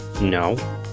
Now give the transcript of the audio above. No